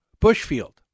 Bushfield